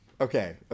Okay